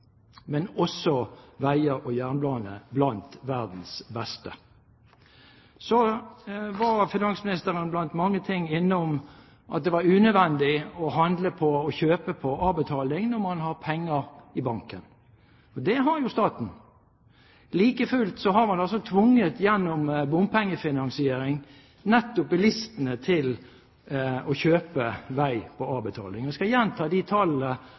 men også veier og jernbane blant verdens beste? Så var finansministeren blant mange ting innom at det var unødvendig å kjøpe på avbetaling når man har penger i banken. Og det har jo staten! Like fullt har man altså gjennom bompengefinansiering tvunget nettopp bilistene til å kjøpe vei på avbetaling. Jeg skal gjenta